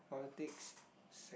politics